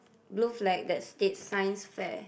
blue flag that state Science fair